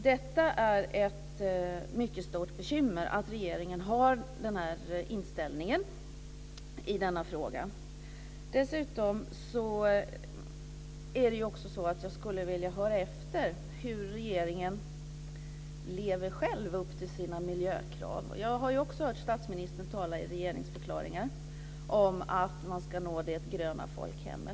Det är ett mycket stort bekymmer att regeringen har denna inställning i frågan. Jag skulle också vilja höra hur regeringen själv lever upp till sina miljökrav eftersom jag har hört statsministern i regeringsförklaringar tala om att man ska nå det gröna folkhemmet.